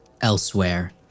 elsewhere